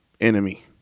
enemy